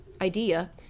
idea